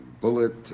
bullet